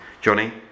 Johnny